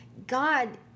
God